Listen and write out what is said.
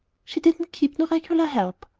she didn't keep no regular help.